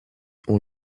ont